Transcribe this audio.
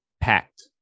packed